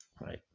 Right